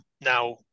Now